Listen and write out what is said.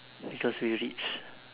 because we rich